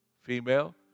female